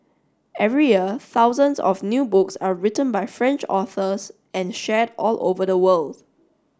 every year thousands of new books are written by French authors and shared all over the worlds